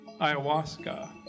ayahuasca